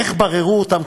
איך בררו אותם,